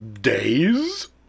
Days